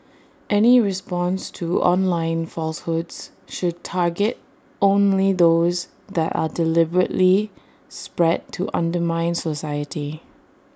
any response to online falsehoods should target only those that are deliberately spread to undermine society